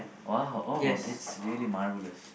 !wow! oh that's really marvelous